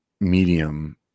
medium